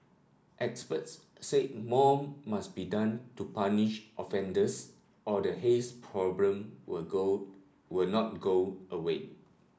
experts say more must be done to punish offenders or the haze problem will go will not go away